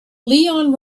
leon